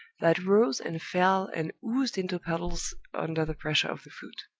that rose and fell and oozed into puddles under the pressure of the foot.